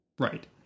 Right